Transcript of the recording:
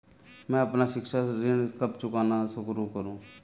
मैं अपना शिक्षा ऋण कब चुकाना शुरू करूँ?